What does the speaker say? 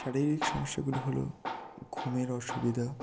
শারীরিক সমস্যাগুলি হলো ঘুমের অসুবিধা